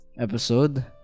episode